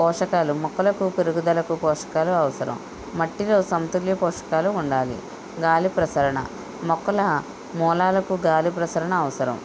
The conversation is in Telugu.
పోషకాలు మొక్కలకు పెరుగుదలకు పోషకాలు అవసరం మట్టిలో సమతుల్య పోషకాలు ఉండాలి గాలి ప్రసరణ మొక్కల మూలాలకు గాలి ప్రసరణ అవసరం